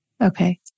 Okay